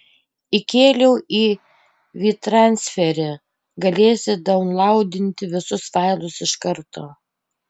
įkėliau į vytransferį galėsi daunlaudinti visus failus iš karto